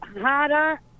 harder